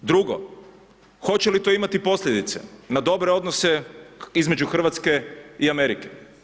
Drugo, hoće li to imati posljedice na dobre odnose između Hrvatske i Amerike?